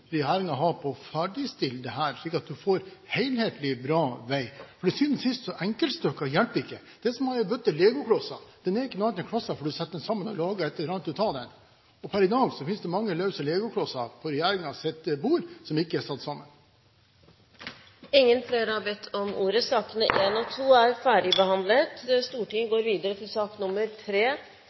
ferdigstille dette, slik at man får helhetlig bra vei, for enkeltstykker hjelper ikke. Det er som å ha ei bøtte med legoklosser – det er ikke noe annet enn klosser før du setter dem sammen og lager et eller annet ut av det. Per i dag finnes det mange løse legoklosser på regjeringens bord, som ikke er satt sammen. Flere har ikke bedt om ordet til sakene nr. 1 og 2. Enkelte politiske saker er